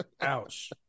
Ouch